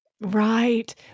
Right